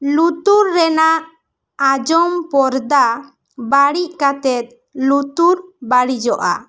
ᱞᱩᱛᱩᱨ ᱨᱮᱱᱟᱜ ᱟᱸᱡᱚᱢ ᱯᱚᱨᱫᱟ ᱵᱟᱹᱲᱤᱡ ᱠᱟᱛᱮᱜ ᱞᱩᱛᱩᱨ ᱵᱟᱹᱲᱤᱡᱚᱜᱼᱟ